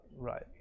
Right